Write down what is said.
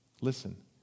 Listen